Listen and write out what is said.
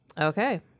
Okay